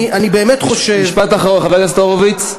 אני באמת חושב, משפט אחרון, חבר הכנסת הורוביץ.